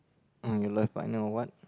in your life right now or what